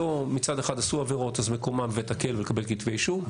מצד אחד עשו עבירות אז מקומם בבית הכלא ולקבל כתבי אישום,